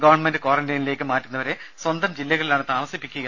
government ക്വാറന്റൈനിലേക്ക് മാറ്റുന്നവരെ സ്വന്തം ജില്ലകളിലാണ് താമസിപ്പിക്കുക